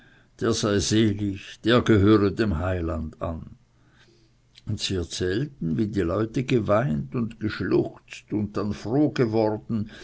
der gehöre dem heiland an und sie erzählten wie die leute geweint und geschluchzt und dann froh geworden